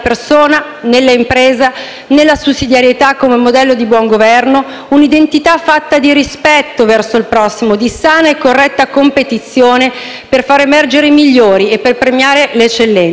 nell'impresa e nella sussidiarietà come modello di buon governo. Si tratta di un'identità fatta di rispetto verso il prossimo e di sana e corretta competizione per far emergere i migliori e premiare le eccellenze.